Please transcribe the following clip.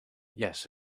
yes